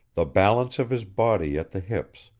the balance of his body at the hips,